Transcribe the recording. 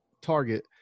target